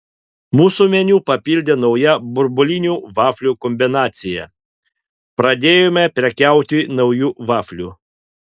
mūsų meniu papildė nauja burbulinių vaflių kombinacija pradėjome prekiauti nauju vafliu